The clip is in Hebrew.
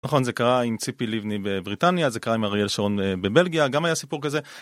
נכון זה קרה עם ציפי לבני בבריטניה זה קרה עם אריאל שרון בבלגיה גם היה סיפור כזה.